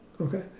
okay